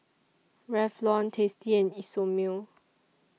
Revlon tasty and Isomil